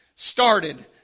started